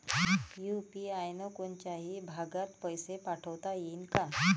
UPI न कोनच्याही भागात पैसे पाठवता येईन का?